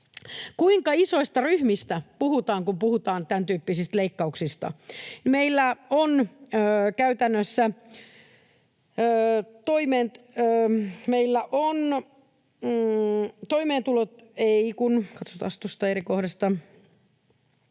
Kuinka isoista ryhmistä puhutaan, kun puhutaan tämäntyyppisistä leikkauksista? Meillä on käytännössä toimeentulo...